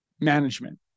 management